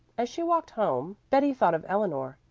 as she walked home, betty thought of eleanor.